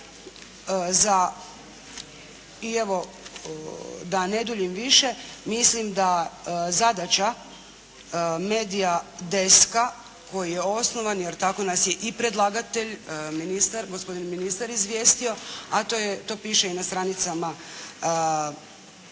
I evo, da ne duljim više. Mislim da zadaća MEDIA Deska koji je osnovan, jer tako nas je i predlagatelj ministar, gospodin ministar izvijestio, a to piše i na stranicama Medie. Da,